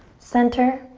center,